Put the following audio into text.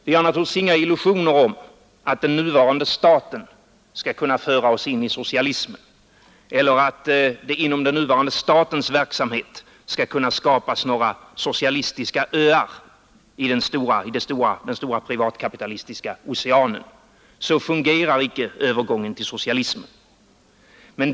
Vi har naturligtvis inga illusioner om att den nuvarande staten skall föra oss in i socialismen, eller att det inom den nuvarande statens verksamhet skall kunna skapas några socialistiska öar i den stora privatkapitalistiska oceanen. Så fungerar inte övergången till socialism.